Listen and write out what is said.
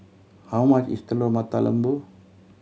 how much is Telur Mata Lembu